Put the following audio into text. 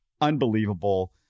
unbelievable